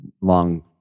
Long